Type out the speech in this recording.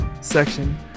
section